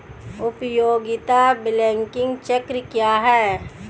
उपयोगिता बिलिंग चक्र क्या है?